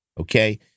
okay